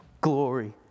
glory